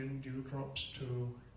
and dewdrops, too,